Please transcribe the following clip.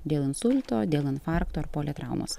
dėl insulto dėl infarkto ar politraumos